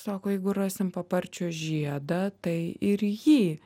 sako jeigu rasim paparčio žiedą tai ir jį